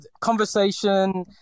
conversation